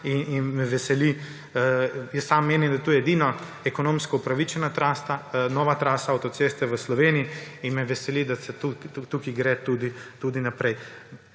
kar me veseli, jaz sam menim, da je to edina ekonomsko upravičena nova trasa avtoceste v Sloveniji in me veseli, da se tukaj gre tudi naprej.